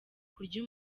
kurya